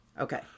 Okay